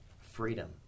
freedom